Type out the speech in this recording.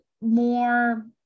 more